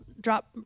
drop